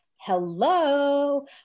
hello